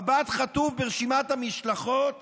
מבט חטוף ברשימת המשלחות